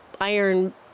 iron